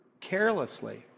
carelessly